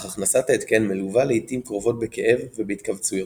אך הכנסת ההתקן מלווה לעיתים קרובות בכאב ובהתכווציות,